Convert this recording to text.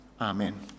Amen